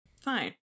fine